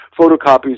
photocopies